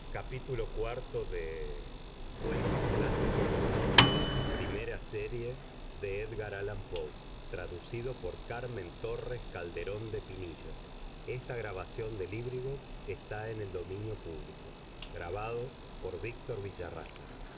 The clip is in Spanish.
title cuentos clásicos del norte primera serie author edgar allan poe translator carmen torres calderón de pinillos